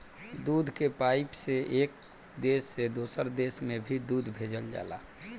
दूध के पाइप से एक देश से दोसर देश में भी दूध भेजल जाला